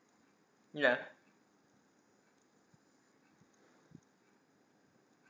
ya